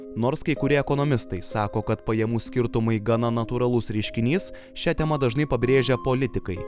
nors kai kurie ekonomistai sako kad pajamų skirtumai gana natūralus reiškinys šią temą dažnai pabrėžia politikai